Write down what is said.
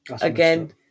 Again